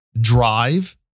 drive